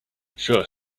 sure